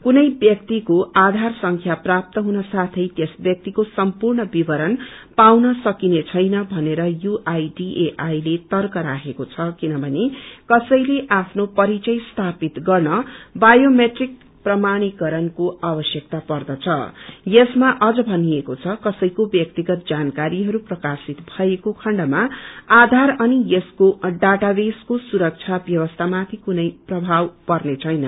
कुनै व्याक्तिको आधार संख्या प्राप्त हुन साथै त्यस व्याक्तिको सम्पूर्ण विवरण पाउन सकिने छैन भनेर यूआईडिएआई ले तर्क राखेको छ किनमने कसैले आफ्नो पहिचान स्थापित गर्न बायोमेट्रिक प्रमाणीकरणको आवश्यकता पर्दछ यसमा अझ पनिएको छ सिक्रे व्याक्तिगत जानकारीहरू प्रकाशित भसएको खएण्डमा आधार अनि यसको डाटावेसको सुरक्षा व्यवस्थामाथि कुनै प्रभाव पेर्नछैन